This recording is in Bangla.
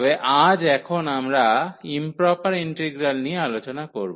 তাবে আজ এখন আমরা ইম্প্রপার ইন্টিগ্রাল নিয়ে আলোচনা করব